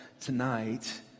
tonight